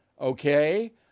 okay